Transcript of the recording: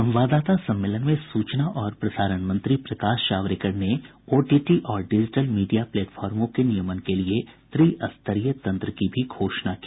संवाददाता सम्मेलन में सूचना और प्रसारण मंत्री प्रकाश जावड़ेकर ने ओटीटी और डिजिटल मीडिया प्लेटफार्मों के नियमन के लिए त्रिस्तरीय तंत्र की भी घोषणा की